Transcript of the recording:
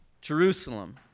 Jerusalem